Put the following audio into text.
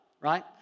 right